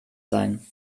sein